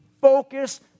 focus